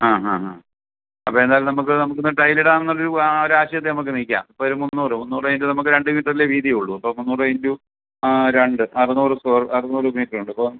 ആ ഹാ ഹാ അപ്പോൾ എന്തായാലും നമുക്ക് നമുക്ക് ഇന്ന് ടൈൽ ഇടാമെന്നൊരു ആ ഒരാശയത്തിൽ നമുക്ക് നിൽക്കാം അപ്പോൾ ഒരു മുന്നൂറ് മുന്നൂറ് ഇൻറു നമുക്ക് രണ്ട് മീറ്റർ അല്ലേ വീതി ഉള്ളൂ അപ്പോൾ മുന്നൂറ് ഇൻറു രണ്ട് അറുനൂറ് സ്ക്വയർ അറുനൂറ് മീറ്റർ ഉണ്ട് അപ്പം